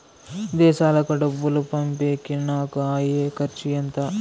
విదేశాలకు డబ్బులు పంపేకి నాకు అయ్యే ఖర్చు ఎంత?